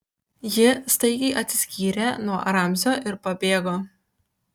ji staigiai atsiskyrė nuo ramzio ir pabėgo